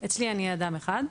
אצלי אני אדם אחד.